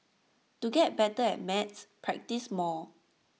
to get better at maths practise more